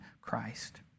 Christ